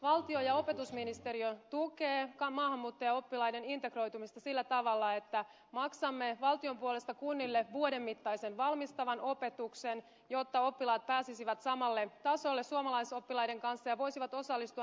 valtio ja opetusministeriö tukee maahanmuuttajaoppilaiden integroitumista sillä tavalla että maksamme valtion puolesta kunnille vuoden mittaisen valmistavan opetuksen jotta oppilaat pääsisivät samalle tasolle suomalaisoppilaiden kanssa ja voisivat osallistua normaaliopetuksen ryhmiin